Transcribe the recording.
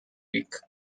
week